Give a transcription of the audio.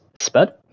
Spud